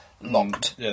locked